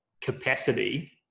capacity